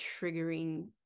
triggering